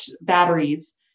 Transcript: batteries